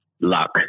luck